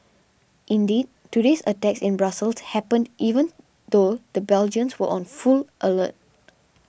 indeed today's attacks in Brussels happened even though the Belgians were on full alert